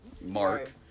mark